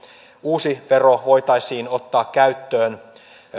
uusi vero voitaisiin ottaa käyttöön